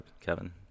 Kevin